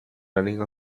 running